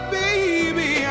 baby